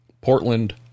Portland